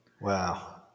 wow